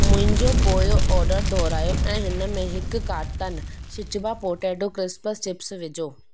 मुंहिंजो पोयों ऑडर दुहिरायो ऐं इन में हिकु कार्टन शिज़्पा पोटैटो क्रिस्प्स चिप्स विझो